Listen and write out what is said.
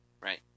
right